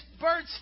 birds